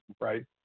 right